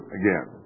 again